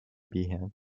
behan